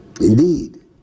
Indeed